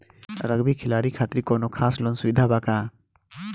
Rugby खिलाड़ी खातिर कौनो खास लोन सुविधा बा का?